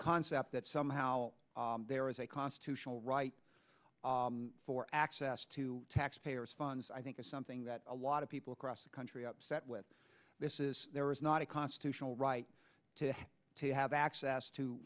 concept that somehow there is a constitutional right for access to taxpayers funds i think it's something that a lot of people across the country upset with this is there is not a constitutional right to have to have access to